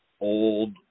old